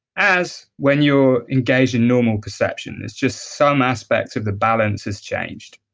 as when you engage in normal perception. it's just some aspects of the balance has changed